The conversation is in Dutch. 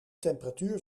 temperatuur